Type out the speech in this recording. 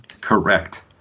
Correct